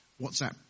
WhatsApp